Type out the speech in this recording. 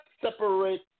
separate